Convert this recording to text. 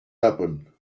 happen